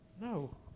No